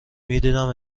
میدیدم